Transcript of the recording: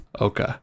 Okay